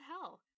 hell